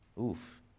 Oof